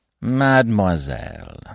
Mademoiselle